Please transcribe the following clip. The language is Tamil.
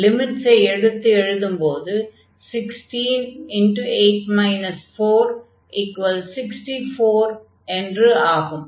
லிமிட்ஸை எடுத்து எழுதும்போது 168 464 என்று ஆகும்